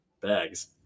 bags